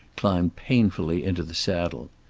climbed painfully into the saddle.